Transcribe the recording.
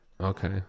Okay